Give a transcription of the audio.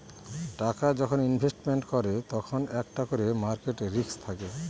টাকা যখন ইনভেস্টমেন্ট করে তখন একটা করে মার্কেট রিস্ক থাকে